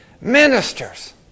ministers